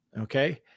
Okay